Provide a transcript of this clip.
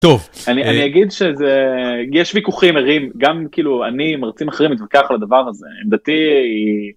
טוב. אני אני אגיד שזה יש ויכוחים ערים גם כאילו אני, מרצים אחרים, נתווכח על הדבר הזה.